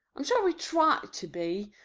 i'm sure we try to be,